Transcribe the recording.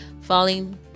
falling